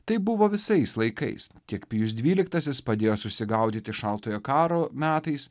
taip buvo visais laikais tiek pijus dvyliktasis padėjo susigaudyti šaltojo karo metais